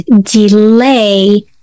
delay